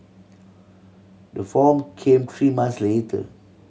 the form came three months later